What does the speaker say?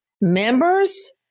Members